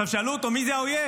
שאלו אותו: מי זה האויב?